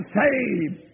saved